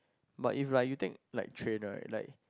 but if like you take like train right like